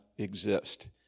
exist